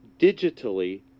digitally